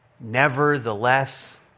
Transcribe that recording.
Nevertheless